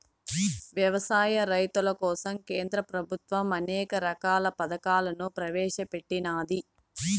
వ్యవసాయ రైతుల కోసం కేంద్ర ప్రభుత్వం అనేక రకాల పథకాలను ప్రవేశపెట్టినాది